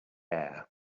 air